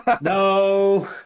no